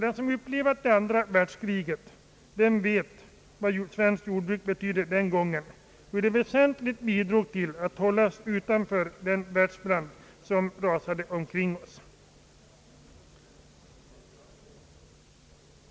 Den som upplevt andra världskriget vet vad svenskt jordbruk betydde den gången, hur det väsentligt bidrog till att hålla oss utanför den världsbrand som rasade omkring oss.